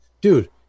dude